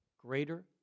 greater